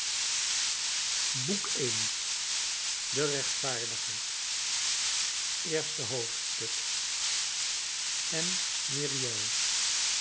boek i een rechtvaardige eerste hoofdstuk m myriel